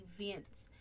events